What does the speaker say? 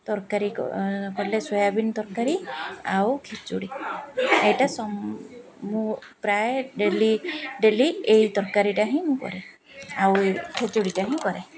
ତରକାରୀ କଲେ ସୋୟାବିନ ତରକାରୀ ଆଉ ଖିଚୁଡ଼ି ଏଇଟା ସମ ମୁଁ ପ୍ରାୟ ଡେଲି ଡେଲି ଏଇ ତରକାରୀଟା ହିଁ ମୁଁ କରେ ଆଉ ଏଇ ଖେଚୁଡ଼ିଟା ହିଁ କରେ